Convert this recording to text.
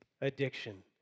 addiction